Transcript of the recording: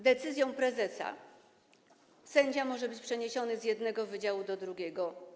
Decyzją prezesa sędzia może być przeniesiony z jednego wydziału do drugiego.